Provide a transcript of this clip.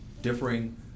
differing